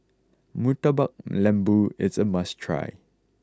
Murtabak Lembu is a must try